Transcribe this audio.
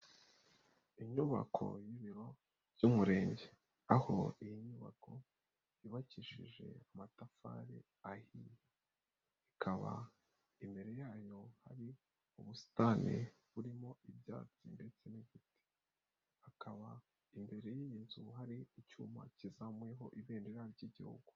Inyubako y'ibiro by'Umurenge, aho iyi nyubako yubakishije amatafari ahiye, ikaba imbere yayo hari ubusitani burimo ibyatsi ndetse n'ibiti, hakaba imbere y'iyi nzu hari icyuma kizamuyeho ibendera ry'Igihugu.